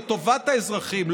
לטובת האזרחים,